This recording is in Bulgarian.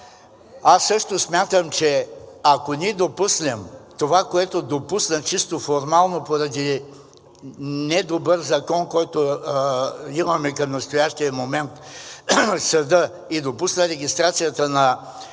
Аз също смятам, че ако ние допуснем това, което допусна съдът чисто формално поради недобър закон, който имаме към настоящия момент, и допусне регистрацията на